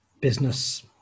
business